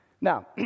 Now